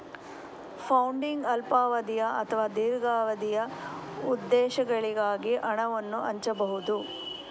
funding ಅಲ್ಪಾವಧಿಯ ಅಥವಾ ದೀರ್ಘಾವಧಿಯ ಉದ್ದೇಶಗಳಿಗಾಗಿ ಹಣವನ್ನು ಹಂಚಬಹುದು